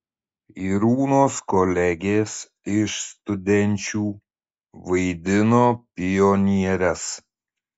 irūnos kolegės iš studenčių vaidino pionieres